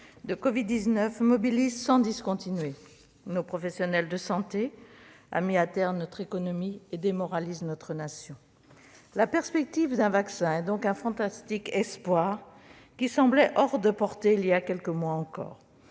de covid-19 mobilise sans discontinuer nos professionnels de santé, met à terre notre économie et démoralise notre nation. La perspective d'un vaccin est donc un fantastique espoir, qui semblait hors de portée il y a quelques mois encore.